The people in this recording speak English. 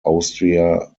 austria